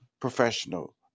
Professional